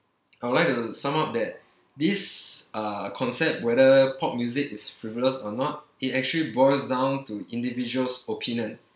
I would like to sum up that this uh concept whether pop music is frivolous or not it actually boils down to individual's opinion